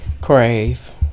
Crave